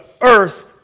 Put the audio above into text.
earth